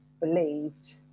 believed